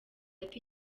ati